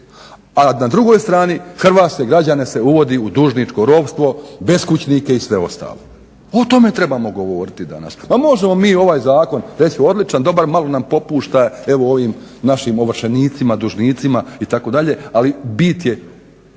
a na drugoj strani hrvatske građane se uvodi u dužničko ropstvo, beskućnike i sve ostalo. O tome trebamo govoriti danas. Ma možemo mi ovaj zakon reći odličan, dobar, malo nam popušta evo ovim našim ovršenicima, dužnicima itd. Ali bit je